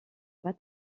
pas